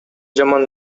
жаман